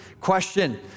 Question